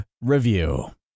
Review